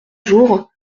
jours